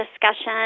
discussion